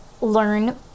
learn